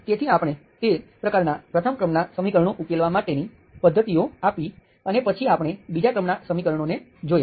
તેથી આપણે તે પ્રકારના પ્રથમ ક્રમના સમીકરણો ઉકેલવા માટેની પદ્ધતિઓ આપી અને પછી આપણે બીજા ક્રમના સમીકરણોને જોયા